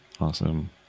Awesome